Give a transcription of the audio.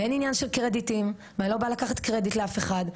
אין עניין של קרדיטים ואני לא באה לקחת קרדיט לאף אחד.